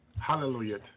Hallelujah